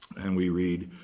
and we read,